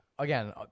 Again